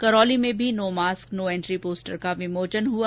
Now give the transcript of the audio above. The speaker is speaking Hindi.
करौली में भी no mask no entry poster का विमोचन हुआ